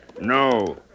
No